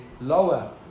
lower